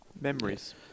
Memories